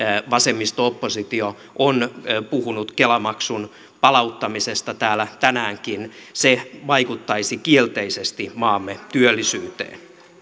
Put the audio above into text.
vasemmisto oppositio on puhunut kela maksun palauttamisesta täällä tänäänkin se vaikuttaisi kielteisesti maamme työllisyyteen